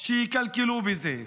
שיקלקלו בזה,